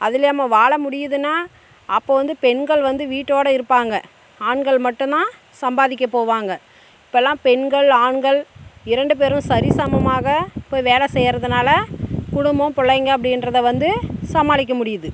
அதுலையும் நம்ம வாழ முடியுதுன்னா அப்போ வந்து பெண்கள் வந்து வீட்டோட இருப்பாங்க ஆண்கள் மட்டும் தான் சம்பாதிக்க போவாங்க இப்போலாம் பெண்கள் ஆண்கள் இரண்டு பேரும் சரி சமமாக தான் போய் வேலை செய்யறதுனால குடும்பம் பிள்ளைங்க அப்படின்றத வந்து சமாளிக்க முடியுது